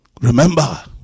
Remember